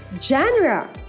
genre